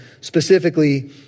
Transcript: Specifically